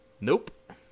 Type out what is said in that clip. Nope